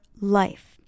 life